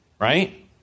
right